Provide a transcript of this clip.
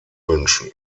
wünschen